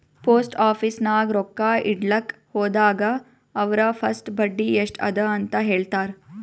post office ನಾಗ್ ರೊಕ್ಕಾ ಇಡ್ಲಕ್ ಹೋದಾಗ ಅವ್ರ ಫಸ್ಟ್ ಬಡ್ಡಿ ಎಸ್ಟ್ ಅದ ಅಂತ ಹೇಳ್ತಾರ್